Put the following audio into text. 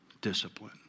discipline